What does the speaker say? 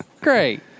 Great